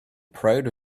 proud